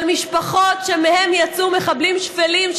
שלמשפחות שמהן יצאו מחבלים שפלים,